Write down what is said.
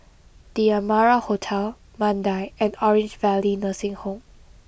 The Amara Hotel Mandai and Orange Valley Nursing Home